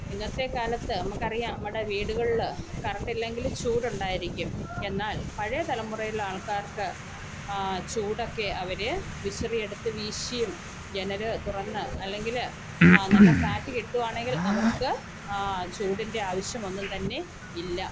ഇന്നത്തെ കാലത്ത് നമുക്ക് അറിയാം നമ്മുടെ വീടുകളിൽ കറണ്ടില്ലെങ്കിൽ ചൂടുണ്ടായിരിക്കും എന്നാൽ പഴയ തലമുറയിൽ ഉള്ള ആൾക്കാർക്ക് ആ ചൂടൊക്കെ അവർ വിശറിയെടുത്ത് വീശിയും ജനൽ തുറന്ന് അല്ലെങ്കിൽ നല്ല കാറ്റ് കിട്ടുവാണെങ്കിൽ അവർക്ക് ആ ചൂടിന്റെ ആവശ്യമൊന്നും തന്നെ ഇല്ല